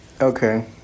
Okay